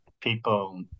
People